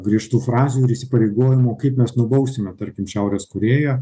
griežtų frazių ir įsipareigojimų kaip mes nubausime tarkim šiaurės korėją